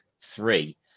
three